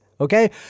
Okay